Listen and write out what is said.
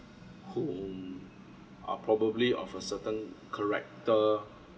whom are probably of a certain character